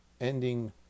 ending